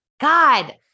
God